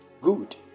Good